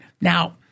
Now